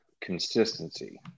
consistency